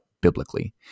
biblically